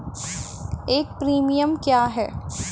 एक प्रीमियम क्या है?